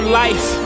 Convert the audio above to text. life